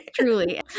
truly